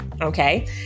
Okay